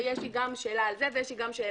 ויש לי גם שאלה על זה ועל זה.